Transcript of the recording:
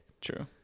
true